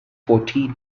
fourteen